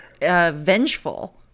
Vengeful